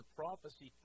prophecy